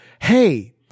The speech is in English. Hey